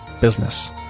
Business